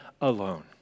alone